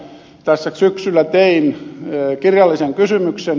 tässä syksyllä tein kirjallisen kysymyksen